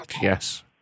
yes